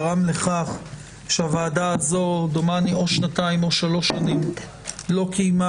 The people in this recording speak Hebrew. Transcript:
גרמו לכך שהוועדה הזו דומני שנתיים או 3 שנים לא קיימה